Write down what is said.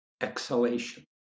exhalation